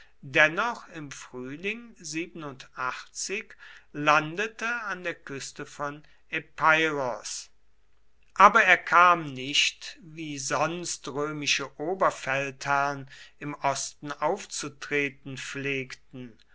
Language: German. dennoch im frühling landete an der küste von epeiros aber er kam nicht wie sonst römische oberfeldherrn im osten aufzutreten pflegten